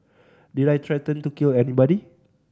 did I threaten to kill anybody